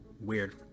weird